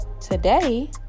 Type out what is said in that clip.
today